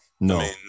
No